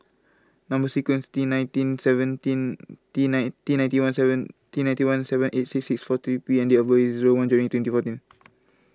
Number Sequence T nineteen seventeen T nine T ninety one seven T ninety one seven eight six four three P and date of birth is one January twenty fourteen